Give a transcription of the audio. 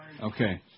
Okay